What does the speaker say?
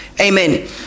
Amen